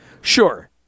Sure